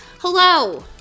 Hello